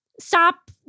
stop